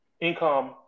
income